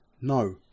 no